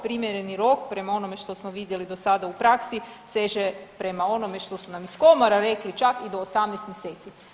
Primjereni rok prema onome što smo vidjeli do sada u praksi seže prema onome što su nam iz komore rekli čak i do 18 mjeseci.